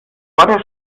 der